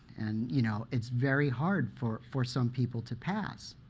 and you know it's very hard for for some people to pass.